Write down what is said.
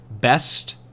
best